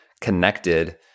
connected